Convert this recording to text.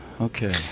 Okay